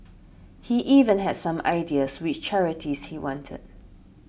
he even had some ideas which charities he wanted